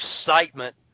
excitement